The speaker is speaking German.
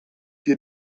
dir